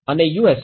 S